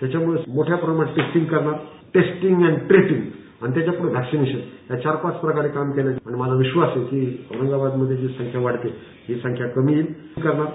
त्याच्यामुळेच मोठ्या प्रमाणात टेस्टींग करणार टेस्टींग आणि ट्रेकिंग आणि त्याच्यापुढे व्हॅक्सीनेशन या चार पाच प्रकारे काम केल्यानं माझा विश्वास आहे की औरंगाबाद मध्ये जी संख्या वाढते आहे ती कमी करणार